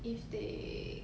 if they